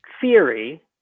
theory